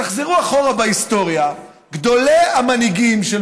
תחזרו אחורה בהיסטוריה: גדולי המנהיגים של